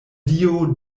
dio